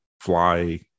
fly